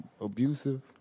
abusive